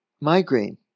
migraine